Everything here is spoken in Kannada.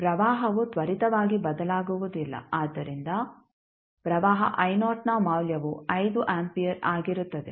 ಪ್ರವಾಹವು ತ್ವರಿತವಾಗಿ ಬದಲಾಗುವುದಿಲ್ಲ ಆದ್ದರಿಂದ ಪ್ರವಾಹ ನ ಮೌಲ್ಯವು 5 ಆಂಪಿಯರ್ ಆಗಿರುತ್ತದೆ